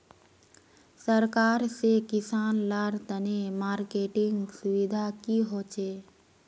सरकार से किसान लार तने मार्केटिंग सुविधा की होचे?